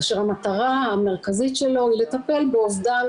כאשר המטרה המרכזית שלו היא לטפל באבדן